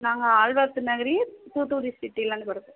நாங்கள் ஆழ்வார் திருநகரி தூத்துக்குடி சிட்டியிலேருந்து வரோம்